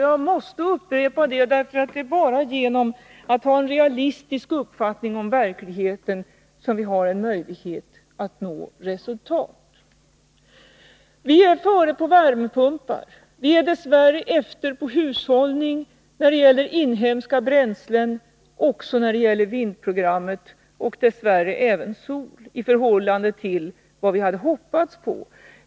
Jag måste upprepa detta, därför att det är bara genom att ha en realistisk uppfattning om verkligheten som vi har en möjlighet att nå resultat. Vi är före när det gäller värmepumpar, men vi är dess värre efter när det gäller hushållning med inhemska bränslen och även när det gäller vindprogrammet och dess värre även beträffande solenergi, i förhållande till vad vi hade hoppats på.